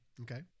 Okay